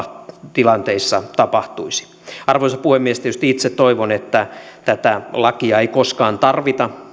tilanteissa tapahtuisi arvoisa puhemies tietysti itse toivon että tätä lakia ei koskaan tarvita